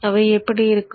அவை எப்படி இருக்கும்